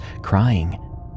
crying